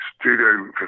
Studio